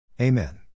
Amen